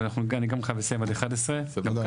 אבל אני גם חייב לסיים עד 11:00. גם ככה